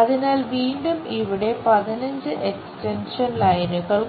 അതിനാൽ വീണ്ടും ഇവിടെ 15 എക്സ്റ്റൻഷൻ ലൈനുകൾ